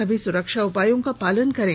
सभी सुरक्षा उपायों का पालन करें